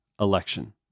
election